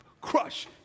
Crush